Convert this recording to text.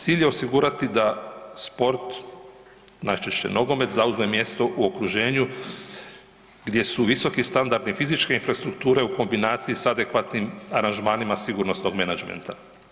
Cilj je osigurati da sport, najčešće nogomet, zauzme mjesto u okruženju, gdje su visoki standardi fizičke infrastrukture u kombinaciji s adekvatnim aranžmanima sigurnosnog menadžmenta.